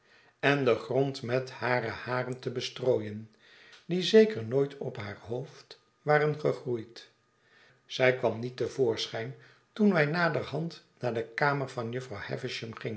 en den grond met hare haren te bestrooien die zeker nooit op haar hoofd waren gegroeid zij kwam niet te voorschijn toen wij naderhand naar de kamer van jufvrouw